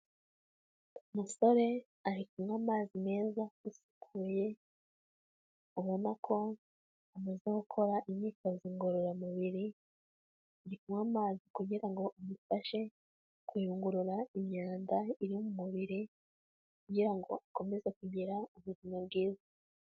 Umusore ari kunywa amazi meza asukuye abona ko amaze gukora imyitozo ngororamubiri, ari kunywa amazi, kugira ngo amufashe kuyungurura imyanda iri mubiri, kugira ngo akomeze kugira ubuzima bwiza.